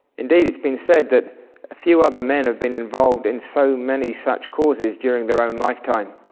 indeed it's been said that few other men have been involved in so many such causes during their own lifetime.